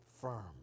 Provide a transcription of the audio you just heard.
firm